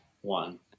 one